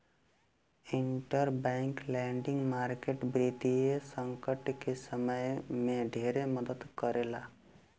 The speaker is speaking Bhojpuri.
इंटरबैंक लेंडिंग मार्केट वित्तीय संकट के समय में ढेरे मदद करेला